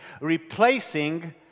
replacing